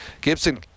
Gibson